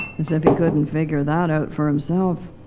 as if he couldn't figure that out for himself.